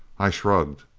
i shrugged.